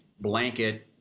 blanket